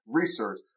research